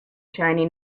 shiny